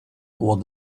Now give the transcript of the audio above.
what